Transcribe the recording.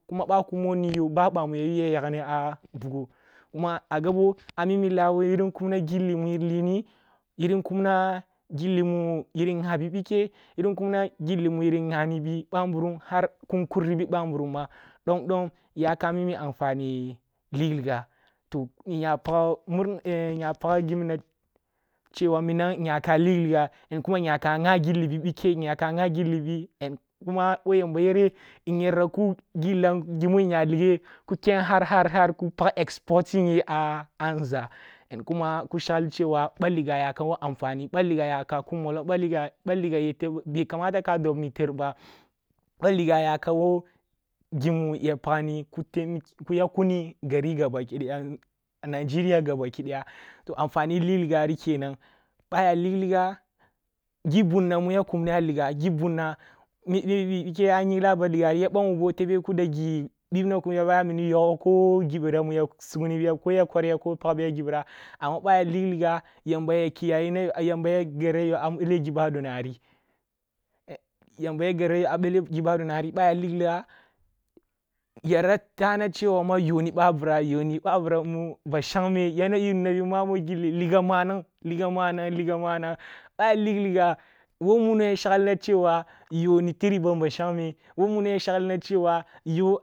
Bwa akumo niyo ba ъamu ya yu ya yagni a bugo, kuma a gabo amimi lahwun yirin kumna gilli muyin lihni, yirin kumna gilli muyin nghabi ъike yirin kunna gilli mu yirin ghabi ъike, kun kuri bi bamburumma yakam a mi amfani lig ligga to nya paggimina chewa nyaka lig ligga kuma nyaka gha gilli bi bike, nyaka gha gilli kuma ъoh yamba yere nyer ki gillam gimu nya ligge ki ken har har har har ki pag exporting ye a nȝa, ki shaglee chewa baliga yakan wo amfani, ъa liga ya ka kum mullong ba liga yete baliga be kamata kah ɗob ni ter ba, ъa liga yakam wo gimu ya yakni kuni gari gaba ki daya, ko nigeria gaba ki daya anfani lig ligari gi bunna mu ga kumni a lig ligga gi bunna bike ъo a yinglah aligari aya ъang wubo tebe ki da gi bibila kumya ba nakuni yogwo ko gibira wu ya sugnibiya ko ya korriya kopagbiya gibira amma ъo aya lig ligga yamba ya kiyayina yo, yamba yara gerrah yo a gibadonari ъa aya lig’ligga yara tahna chewa yo ni babira bama shangmeh yara yunna bi mammo gilli liga manang liga manang liga manan ng, ъa ya lig ligga wo muno ya shaglina chewa yo ni batrih ba shangmeh wo muno